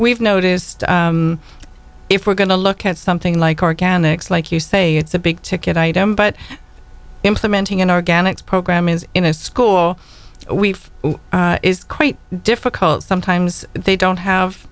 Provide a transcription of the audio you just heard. we've noticed if we're going to look at something like organics like you say it's a big ticket item but implementing an organic program is in a school we've quite difficult sometimes they don't have